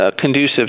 conducive